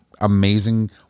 amazing